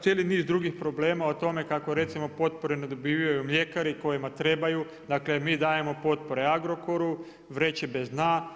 cijeli niz drugih problema o tome kako recimo potpore ne dobivaju mljekari kojima trebaju, dakle jer mi dajemo potpore Agrokoru, vreći bez dna.